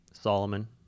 Solomon